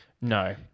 No